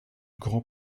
grand